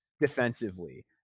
defensively